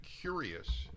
curious